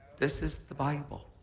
this is the bible.